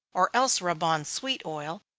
or else rub on sweet oil,